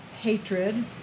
hatred